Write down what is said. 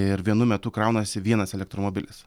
ir vienu metu kraunasi vienas elektromobilis